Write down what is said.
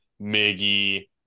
Miggy